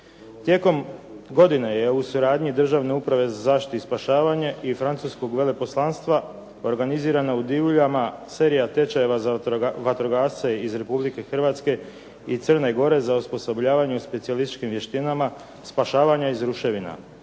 Tijekom godine je u suradnji Državne uprave za zaštitu i spašavanje i Francuskog veleposlanstva, organizirana u Divuljama serija tečajeva za vatrogasce iz Republike Hrvatske i Crne Gore za osposobljavanje specijalističkim vještinama spašavanja iz ruševina